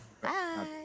Bye